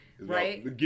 right